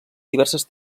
diverses